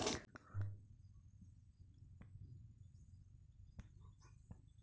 माझे वडील गावातील शेतजमिनीवर शेती करून आपला उदरनिर्वाह करतात